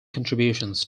contributions